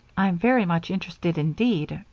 i'm very much interested indeed,